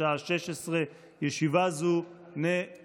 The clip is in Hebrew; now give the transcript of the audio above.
בשעה 16:00. ישיבה זו נעולה.